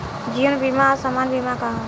जीवन बीमा आ सामान्य बीमा का ह?